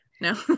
no